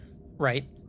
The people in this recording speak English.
right